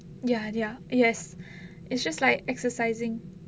ya ya yes it's just like exercising